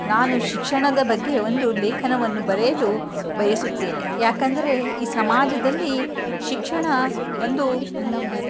ನಾನು ಶಿಕ್ಷಣದ ಬಗ್ಗೆ ಒಂದು ಲೇಖನವನ್ನು ಬರೆಯಲು ಬಯಸುತ್ತೇನೆ ಯಾಕಂದರೆ ಈ ಸಮಾಜದಲ್ಲಿ ಶಿಕ್ಷಣ ಒಂದು